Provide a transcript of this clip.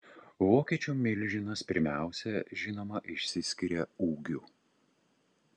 vokiečių milžinas pirmiausia žinoma išsiskiria ūgiu